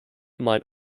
might